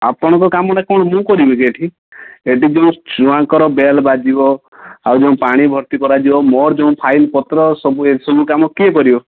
ଆପଣଙ୍କ କାମଟା କ'ଣ ମୁଁ କରିବି କି ଏଇଠି ଏଇଠି ଯେଉଁ ଛୁଆଙ୍କର ବେଲ୍ ବାଜିବ ଆଉ ଯେଉଁ ପାଣି ଭର୍ତ୍ତି କରାଯିବ ମୋର ଯେଉଁ ଫାଇଲ୍ ପତ୍ର ସବୁ ଏସବୁ କାମ କିଏ କରିବ